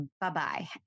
bye-bye